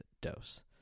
dose